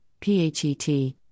PHET